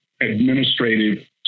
administrative